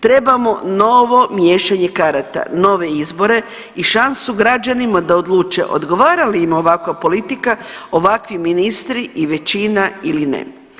Trebamo novo miješanje karata, nove izbore i šansu građanima da odluče odgovara li im ovakva politika, ovakvi ministri i većina ili ne.